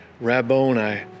Rabboni